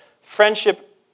friendship